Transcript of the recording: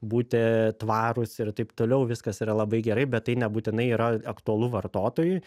būti tvarūs ir taip toliau viskas yra labai gerai bet tai nebūtinai yra aktualu vartotojui